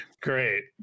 Great